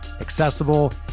accessible